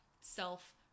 self-